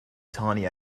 tiny